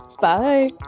Bye